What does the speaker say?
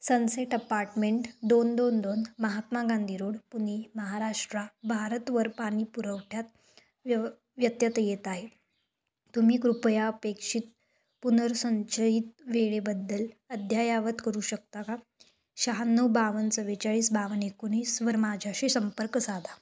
sunset Apartment दोन दोन दोन महात्मा गांधी रोड पुणे महाराष्ट्र भारतवर पाणीपुरवठ्यात व्यव व्यत्यत येत आहे तुम्ही कृपया अपेक्षित पुनर्संचयित वेळेबद्दल अद्ययावत करू शकता का शहाण्णव बावन्न चव्वेचाळीस बावन्न एकोणीसवर माझ्याशी संपर्क साधा